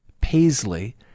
paisley